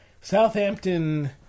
Southampton